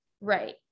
right